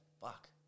Fuck